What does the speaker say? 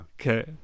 okay